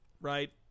Right